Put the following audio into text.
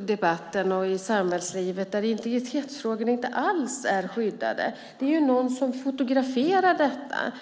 debatten och i samhällslivet där integritetsfrågor inte alls är skyddade. Det är ju någon som fotograferar detta.